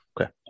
Okay